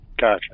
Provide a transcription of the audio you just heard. Gotcha